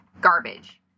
garbage